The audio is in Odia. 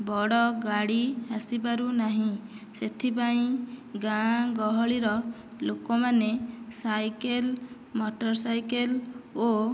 ବଡ଼ ଗାଡ଼ି ଆସିପାରୁନାହିଁ ସେଥିପାଇଁ ଗାଁ ଗହଳିର ଲୋକମାନେ ସେଇକେଲ୍ ମୋଟର ସାଇକେଲ୍ ଓ